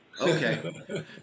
Okay